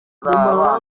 z’abana